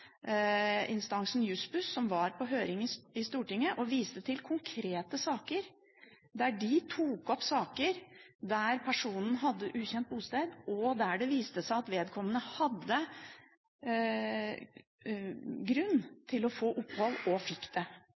høringsinstansen Juss-Buss, som var i Stortinget og viste til konkrete saker som de hadde tatt opp, der personen hadde ukjent bosted, og der det viste seg at vedkommende hadde grunn til å få opphold, og